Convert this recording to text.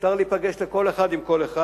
מותר לכל אחד להיפגש עם כל אחד.